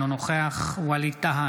אינו נוכח ווליד טאהא,